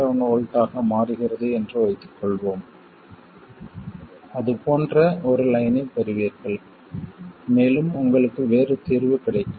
7 V ஆக மாறுகிறது என்று வைத்துக் கொள்வோம் அது போன்ற ஒரு லைன் ஐப் பெறுவீர்கள் மேலும் உங்களுக்கு வேறு தீர்வு கிடைக்கும்